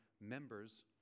members